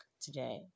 today